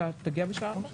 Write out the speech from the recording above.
אתה תגיע בשעה 16:00?